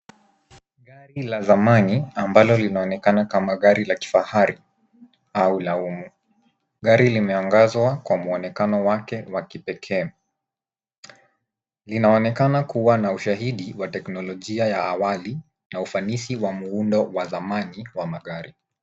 Gari la zamani ambalo linaonekana kama gari la kifahari au laumu. Gari limeangazwa kwa mwonekano wake wa kipekee. Linaonekana kuwa na ushahidi wa teknolojia ya awali na ufanisi wa muundo wa zamani wa magari.